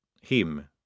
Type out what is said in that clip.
him